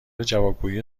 جوابگویی